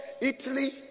Italy